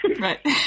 Right